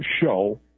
show